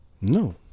No